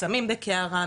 שמים בקערה,